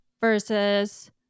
Versus